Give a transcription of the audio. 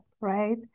right